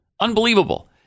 Unbelievable